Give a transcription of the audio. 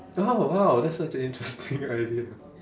oh !wow! that's such a interesting idea